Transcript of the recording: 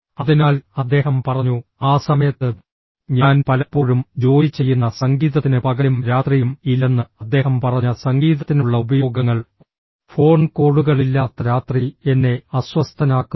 അതിനാൽ അദ്ദേഹം പറഞ്ഞു ആ സമയത്ത് ഞാൻ പലപ്പോഴും ജോലി ചെയ്യുന്ന സംഗീതത്തിന് പകലും രാത്രിയും ഇല്ലെന്ന് അദ്ദേഹം പറഞ്ഞ സംഗീതത്തിനുള്ള ഉപയോഗങ്ങൾ ഫോൺ കോളുകളില്ലാത്ത രാത്രി എന്നെ അസ്വസ്ഥനാക്കുന്നു